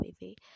baby